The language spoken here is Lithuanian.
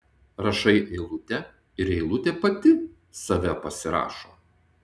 rašai eilutę ir eilutė pati save pasirašo